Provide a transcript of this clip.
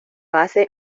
hace